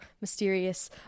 mysterious